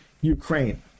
ukraine